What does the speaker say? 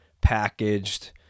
packaged